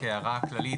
כהערה כללית,